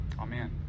Amen